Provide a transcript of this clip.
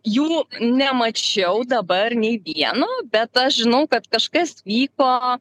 jų nemačiau dabar nei vieno bet aš žinau kad kažkas vyko